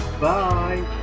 Bye